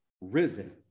risen